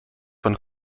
von